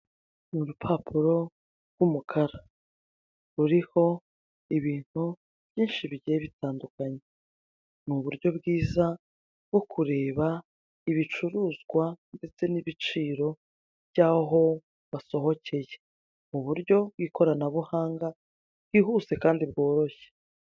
Urupapuro rw'umukara. Ruriho ibintu byinshi bigiye bitandukanye. Ni uburyo bwiza bwo kureba ibicuruzwa ndetse n'ibiciro by'aho wasohokeye. Mu buryo b'ikoranabuhanga, bwihuse kandi bworoshye.